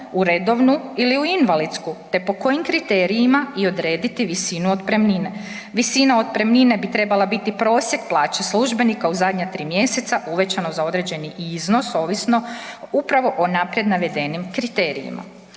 u redovnu ili u invalidsku, te po kojim kriterijima i odrediti visinu otpremnine. Visina otpremnine bi trebala biti prosjek plaće službenika u zadnja 3 mjeseca uvećano za određeni iznos ovisno upravo o naprijed navedenim kriterijima.